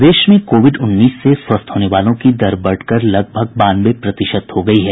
प्रदेश में कोविड उन्नीस से स्वस्थ होने वालों की दर बढ़कर लगभग बानवे प्रतिशत हो गयी है